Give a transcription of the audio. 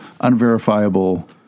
unverifiable